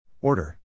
Order